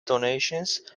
donations